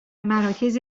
مراکز